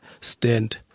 stand